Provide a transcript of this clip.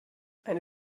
eine